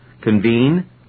Convene